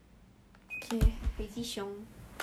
I think he went to another school to teach already I don't know lah